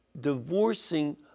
divorcing